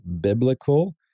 biblical